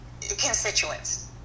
constituents